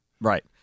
Right